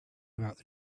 about